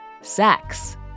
sex